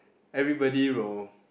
everybody will